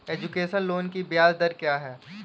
Education loan की ब्याज दर क्या है?